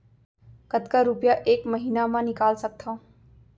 कतका रुपिया एक महीना म निकाल सकथव?